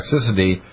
toxicity